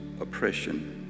oppression